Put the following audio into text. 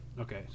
Okay